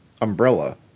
umbrella